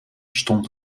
stond